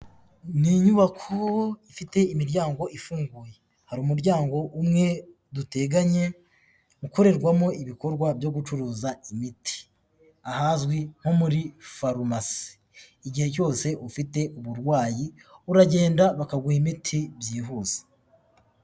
Ni inyubako ifite imiryango ifunguye, hari umuryango umwe duteganya ukorerwamo ibikorwa byo gucuruza imiti ahazwi nko muri farumasi, igihe cyose ufite uburwayi uragenda bakaguha imiti byihuse.